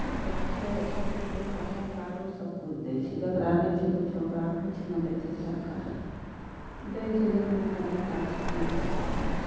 जेकरा छै सब किछु ओकरा सरकारो सब किछु दै छै जेकरा नहि छै किछु ओकरा किछु नहि दै छै सरकार दै छै लेकिन एतौ नेता सब नहि पहुँचऽ दै छै